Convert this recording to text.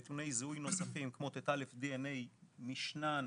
נתוני זיהוי נוספים כמו ט"א, די.אנ.אי, משנן,